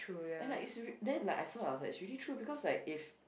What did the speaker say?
and like it's rea~ then like I saw I was like it's really true because like if